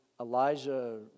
Elijah